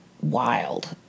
Wild